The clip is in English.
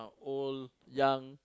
old young